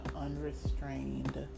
unrestrained